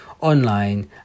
online